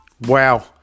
wow